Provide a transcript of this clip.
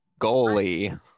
Goalie